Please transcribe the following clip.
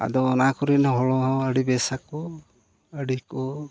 ᱟᱫᱚ ᱚᱱᱟ ᱠᱚᱨᱮᱱ ᱦᱚᱲ ᱦᱚᱸ ᱟᱹᱰᱤ ᱵᱮᱥ ᱟᱠᱚ ᱟᱹᱰᱤ ᱠᱚ